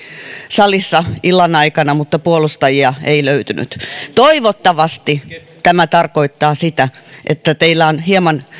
salissa illan aikana mutta puolustajia ei löytynyt toivottavasti tämä tarkoittaa sitä että teillä on hieman